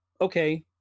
okay